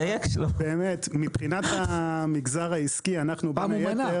באמת, מבחינת המגזר העסקי -- פעם הוא מנע...